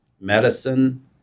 medicine